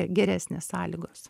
geresnės sąlygos